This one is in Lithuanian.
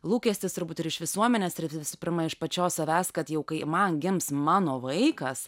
lūkestis turbūt ir iš visuomenės ir visų pirma iš pačios savęs kad jau kai man gims mano vaikas